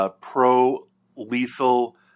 pro-lethal